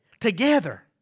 together